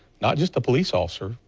not just a police officer.